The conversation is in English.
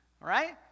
right